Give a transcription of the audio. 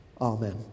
Amen